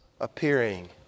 appearing